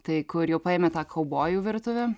tai kur jau paėmė tą kaubojų virtuvę